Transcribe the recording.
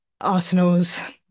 Arsenal's